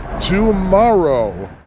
tomorrow